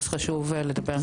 אז חשוב לדבר על זה.